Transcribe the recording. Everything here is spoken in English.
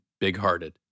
big-hearted